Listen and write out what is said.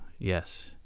Yes